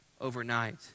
overnight